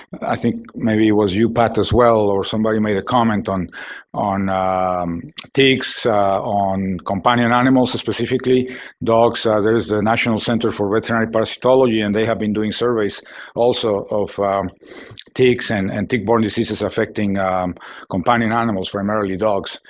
i think maybe it was you, pat, as well or somebody made a comment on on ticks on companion animals, specifically dogs. ah there's the ah national center for veterinary parasitology and they have been doing surveys also of ticks and and tick-borne diseases affecting companion animals, primarily dogs.